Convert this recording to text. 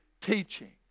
teaching